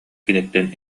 киниттэн